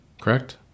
Correct